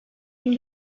gün